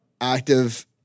active